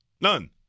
none